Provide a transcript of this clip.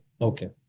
Okay